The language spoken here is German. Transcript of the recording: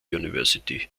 university